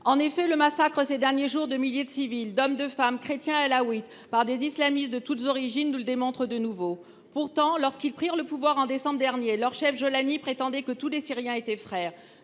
En effet, le massacre, ces derniers jours, de milliers de civils, d’hommes, de femmes, chrétiens et alaouites, par des islamistes de toutes origines, nous le démontre de nouveau. Pourtant, lorsque ces derniers prirent le pouvoir en décembre dernier, leur chef Jolani prétendait que tous les Syriens étaient frères.